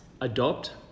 adopt